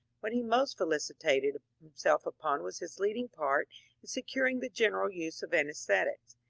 what he most felicitated himself upon was his leading part in securing the general use of ansesthetics.